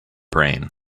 brain